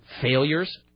failures